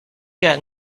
got